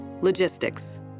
Logistics